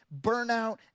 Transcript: Burnout